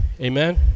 Amen